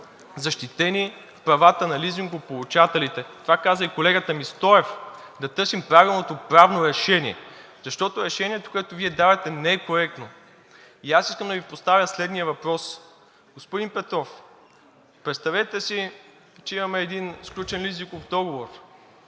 защитени правата на лизингополучателите. Това каза и колегата ми Стоев – да търсим правилното правно решение, защото решението, което Вие давате, не е коректно. И аз искам да Ви поставя следният въпрос: Господин Петров, представете си, че имаме сключен един лизингов договор